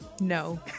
No